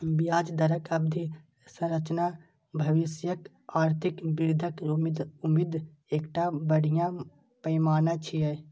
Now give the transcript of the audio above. ब्याज दरक अवधि संरचना भविष्यक आर्थिक वृद्धिक उम्मीदक एकटा बढ़िया पैमाना छियै